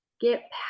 Get